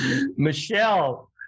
Michelle